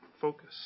Focus